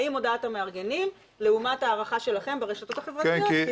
האם הודעת המארגנים לעומת הערכה שלכם ברשתות החברתיות,